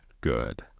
good